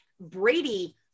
brady